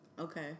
Okay